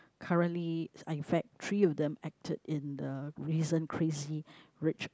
currently in fact three of them acted in the recent Crazy-Rich